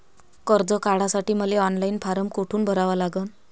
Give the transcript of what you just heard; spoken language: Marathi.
कर्ज काढासाठी मले ऑनलाईन फारम कोठून भरावा लागन?